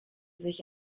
sich